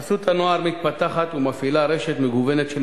חסות הנוער מפתחת ומפעילה רשת מגוונת של